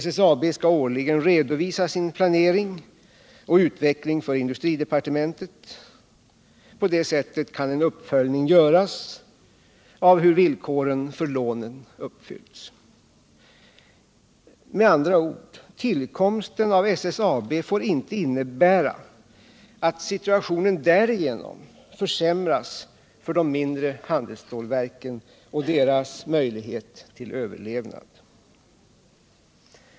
SSAB skall årligen redovisa sin planering och utveckling för industridepartementet. På det sättet kan en uppföljning göras av hur villkoren för lånet uppfylls. Med andra ord: Tillkomsten av SSAB får inte innebära att situationen därigenom försämras för de mindre handelsstålverken och deras möjlighet till överlevnad.